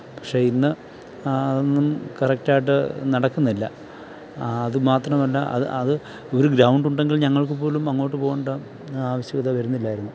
പക്ഷേ ഇന്ന് അതൊന്നും കറക്റ്റ് ആയിട്ട് നടക്കുന്നില്ല അത് മാത്രമല്ല അത് അത് ഒരു ഗ്രൗണ്ട് ഉണ്ടെങ്കിൽ ഞങ്ങൾക്ക് പോലും അങ്ങോട്ട് പോകേണ്ട ആവശ്യകത വരുന്നില്ലായിരുന്നു